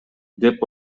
деп